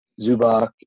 Zubak